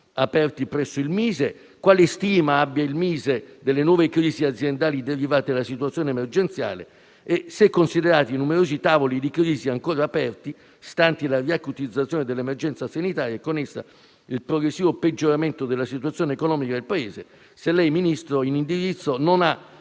sviluppo economico, quali stime abbia il MISE delle nuove crisi aziendali derivanti della situazione emergenziale e se, considerati i numerosi tavoli di crisi ancora aperti, stante la riacutizzazione dell'emergenza sanitaria e con essa il progressivo peggioramento della situazione economica del Paese, il Ministro non ritenga